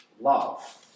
love